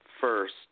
first